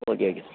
okay okay sir